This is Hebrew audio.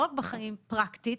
לא רק בחיים פרקטית,